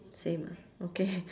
same ah okay